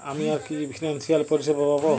আমি আর কি কি ফিনান্সসিয়াল পরিষেবা পাব?